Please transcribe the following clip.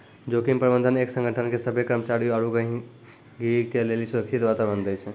जोखिम प्रबंधन एक संगठन के सभ्भे कर्मचारी आरू गहीगी के लेली सुरक्षित वातावरण दै छै